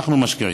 אנחנו משקיעים.